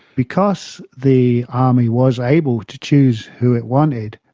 because the army was able to choose who it wanted,